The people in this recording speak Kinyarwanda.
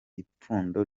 ipfundo